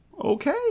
Okay